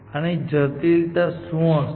આની જટિલતા શું હશે